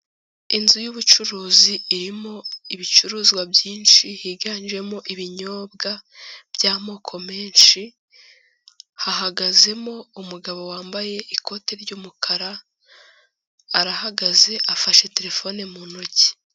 Inzu y'ubucuruzi irimo ibicuruzwa byinshi, higanjemo ibinyobwa by'amoko menshi, hahagazemo umugabo wambaye ikoti ry'umukara, arahagaze afashe terefone mu ntoki.